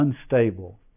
unstable